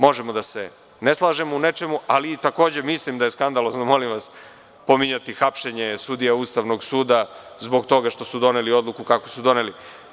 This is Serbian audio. Možemo da se ne slažemo u nečemu, ali takođe mislim da je skandalozno, molim vas, pominjati hapšenje sudija Ustavnog suda zbog toga što su doneli odluku kakvu su doneli.